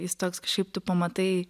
jis toks kažkaip tu pamatai